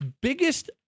biggest